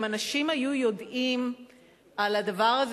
אני חייבת להגיד שאם אנשים היו יודעים על הדבר הזה